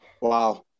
Wow